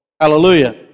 Hallelujah